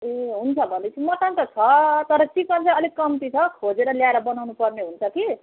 ए हुन्छ भने पछि मटन त छ तर चिकन चाहिँ अलिक कम्ती छ खोजेर ल्याएर बनाउनुपर्ने हुन्छ कि